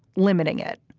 limiting it.